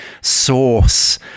source